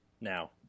now